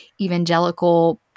evangelical